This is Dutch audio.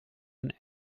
een